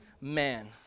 man